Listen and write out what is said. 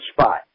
spot